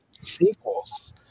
sequels